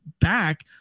back